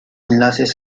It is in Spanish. enlaces